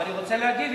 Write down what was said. ואני רוצה להגיב,